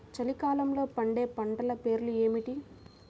చలికాలంలో పండే పంటల పేర్లు ఏమిటీ?